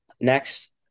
next